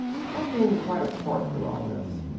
something quite apart from all this.